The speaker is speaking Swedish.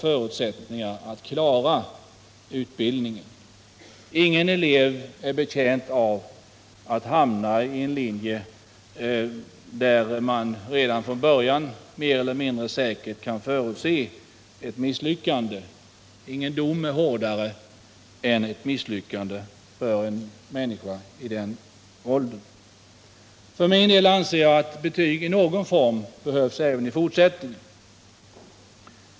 För min del anser jag att betyg i någon form behövs även i fortsättningen.